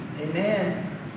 Amen